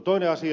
toinen asia